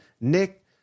Nick